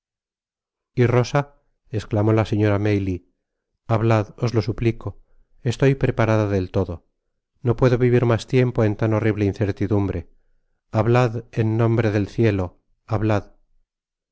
y rosa csclamó la señora maylie hablad os lo suplico estoy preparada del todo no puedo vivir mas tiempo en tan horrible incertidumbre hablad en nombre del cielo hablad